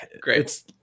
Great